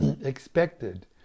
expected